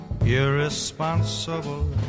irresponsible